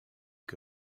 que